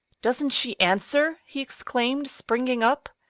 doesn't she answer? he exclaimed, springing up.